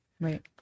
Right